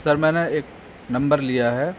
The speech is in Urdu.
سر میں نے ایک نمبر لیا ہے